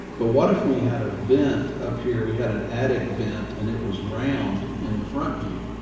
but what if we had a vent up here, we had an attic vent and it was round in the front view.